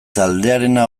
taldearena